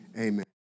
Amen